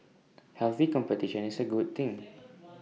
healthy competition is A good thing